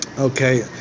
Okay